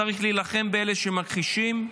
צריך להילחם באלה שמכחישים,